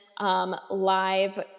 live